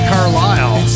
Carlisle